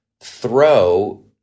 throw